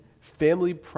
family